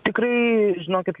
tikrai žinokit